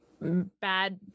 bad